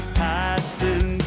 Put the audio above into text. passing